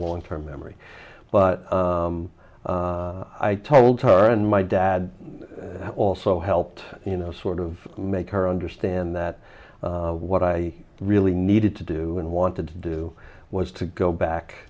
long term memory but i told her and my dad also helped you know sort of make her understand that what i really needed to do and wanted to do was to go back